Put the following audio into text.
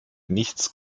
nichts